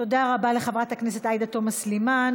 תודה רבה לחברת הכנסת עאידה תומא סלימאן.